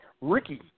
Ricky